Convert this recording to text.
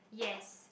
yes